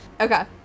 Okay